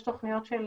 יש תוכניות של